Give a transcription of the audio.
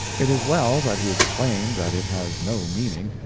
it is well that he explained that it has no meaning,